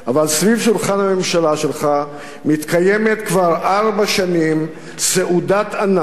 אבל סביב שולחן הממשלה שלך מתקיימת כבר ארבע שנים סעודת ענק